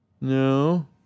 No